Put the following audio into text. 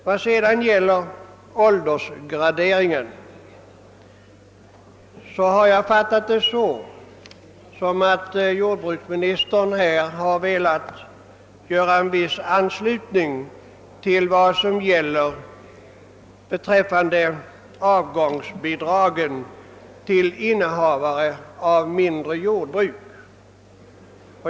Vad det sedan gäller åldersgraderingen har jag fattat det så att jordbruksministern här har velat åstadkomma en viss anslutning till vad som gäller beträffande avgångsbidragen till innehavare av mindre jordbruk.